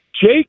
Jake